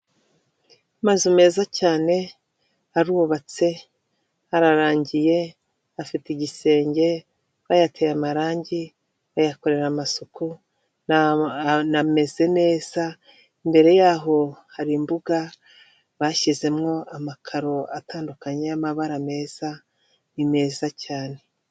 Mazu meza cyane arubatse ararangiye, afite igisenge bayateye amarangi bayakorera amasuku anameze neza, imbere yaho hari imbuga, bashyizemo amakaro atandukanye y'amabara meza, ni meza cyane.